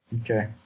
okay